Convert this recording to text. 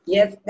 Yes